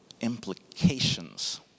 implications